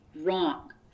wrong